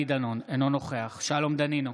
אינו נוכח שלום דנינו,